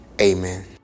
Amen